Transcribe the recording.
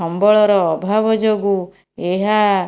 ସମ୍ବଳର ଅଭାବ ଯୋଗୁଁ ଏହା